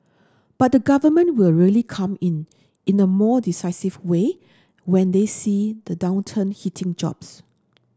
but the Government will really come in in a more decisive way when they see the downturn hitting jobs